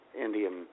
Indian